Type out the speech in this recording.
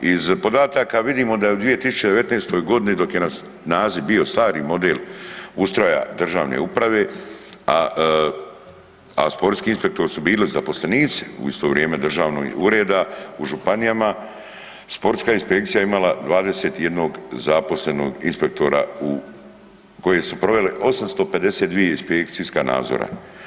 Iz podataka vidimo da je u 2019. godini dok je na snazi bio stari model ustroja državne uprave, a sportski inspektori su bili zaposlenici u isto vrijeme državnih ureda u županijama, sportska inspekcija je imala 21 zaposlenog inspektora koji su proveli 852 inspekcijska nadzora.